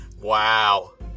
Wow